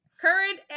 Current